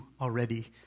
already